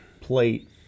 plate